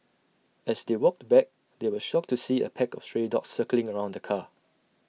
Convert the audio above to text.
as they walked back they were shocked to see A pack of stray dogs circling around the car